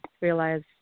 realize